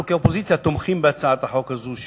אנחנו כאופוזיציה תומכים בהצעת החוק הזאת שמוגשת,